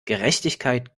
gerechtigkeit